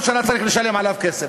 כל שנה לשלם עליו כסף.